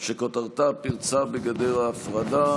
שכותרתה: פרצה בגדר ההפרדה,